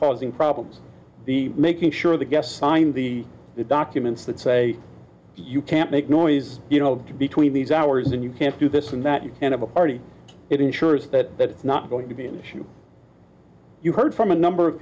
causing problems the making sure the guests sign the documents that say you can't make noise you know between these hours and you can't do this and that you can have a party it ensures that that is not going to be an issue you heard from a number of